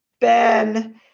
Ben